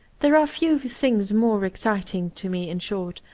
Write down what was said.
there are few things more exciting to me, in short,